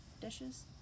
dishes